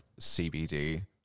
cbd